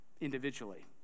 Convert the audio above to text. individually